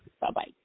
Bye-bye